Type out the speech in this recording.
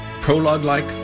prologue-like